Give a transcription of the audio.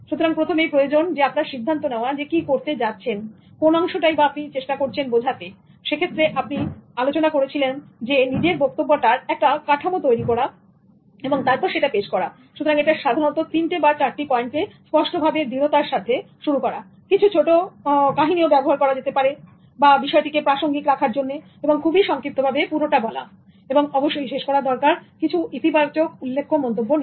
সুতরাং প্রথমেই প্রয়োজন আপনার সিদ্ধান্ত নেওয়া যে কি করতে যাচ্ছেন কোন অংশটাই আপনি চেষ্টা করছেন বোঝাতে সেক্ষেত্রে আমি আলোচনা করেছিলাম যে নিজের বক্তব্যটার একটা কাঠামো তৈরি করা এবং তারপর সেটা পেশ করা সুতরাং এটা সাধারণত তিনটি বা চারটি পয়েন্টে স্পষ্টভাবে দৃঢ়তার সাথে শুরু করাকিছু ছোট কাহিনী ব্যবহার করাবিষয়টি প্রাসঙ্গিক রাখা খুবই সংক্ষিপ্তভাবে পুরোটা বলাঅবশ্যই শেষ করার দরকার কিছু ইতিবাচক উল্লেখ্য মন্তব্য দিয়ে